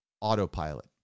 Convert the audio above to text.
autopilot